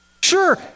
Sure